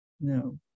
No